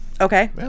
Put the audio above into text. Okay